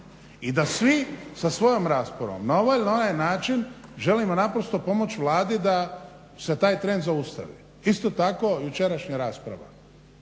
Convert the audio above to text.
I da svi sa svojom raspravom na ovaj ili onaj način želimo naprosto pomoć Vladi da se taj trend zaustavi. Isto tako jučerašnja rasprava.